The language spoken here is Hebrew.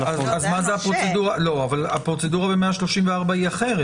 לא, אבל הפרוצדורה ב-134 היא אחרת.